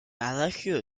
adagio